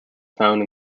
found